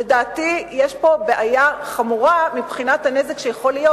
לדעתי יש פה בעיה חמורה מבחינת הנזק שיכול להיות,